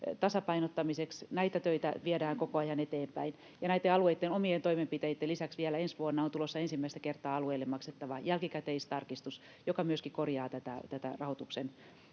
tasapainottamiseksi. Näitä töitä viedään koko ajan eteenpäin, ja näitten alueitten omien toimenpiteitten lisäksi vielä ensi vuonna on tulossa ensimmäistä kertaa alueille maksettava jälkikäteistarkistus, joka myöskin korjaa tätä rahoituksen